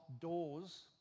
doors